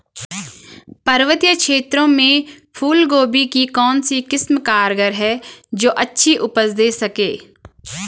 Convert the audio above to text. पर्वतीय क्षेत्रों में फूल गोभी की कौन सी किस्म कारगर है जो अच्छी उपज दें सके?